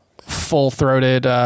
full-throated